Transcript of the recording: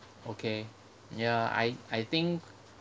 okay ya I I think